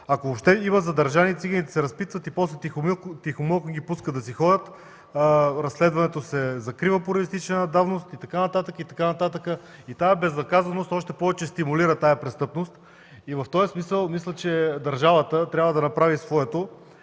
Ако въобще има задържани, циганите се разпитват и после тихомълком ги пускат да си ходят. Разследването се закрива поради изтичане на давност и така нататък, и така нататък. Тази безнаказаност още повече стимулира престъпността. В този смисъл мисля, че държавата трябва да направи своето